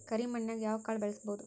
ಕರೆ ಮಣ್ಣನ್ಯಾಗ್ ಯಾವ ಕಾಳ ಬೆಳ್ಸಬೋದು?